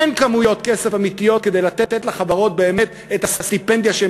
אין כמויות כסף אמיתיות כדי לתת לחברות באמת את הסטיפנדיה שהם